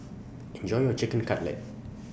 Enjoy your Chicken Cutlet